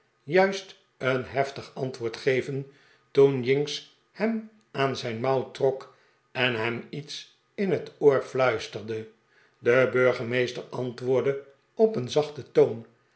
juist een heftig antwoord geven toen jinks hem aan zijn mouw trok en hem iets in het oor fluisterde de burgemeester antwoordde op zachten toon